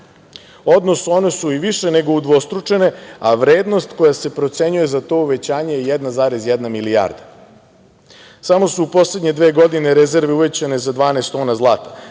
odnosno, one su i više negu udvostručene, a vrednost koja se procenjuje za to uvećanje je 1,1 milijarda, samo su u poslednje dve godine rezerve uvećane za 12 tona zlata,